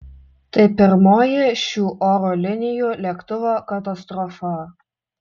tai pirmoji šių oro linijų lėktuvo katastrofa